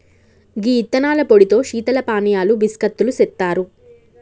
గీ యిత్తనాల పొడితో శీతల పానీయాలు బిస్కత్తులు సెత్తారు